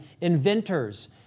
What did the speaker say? inventors